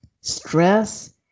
stress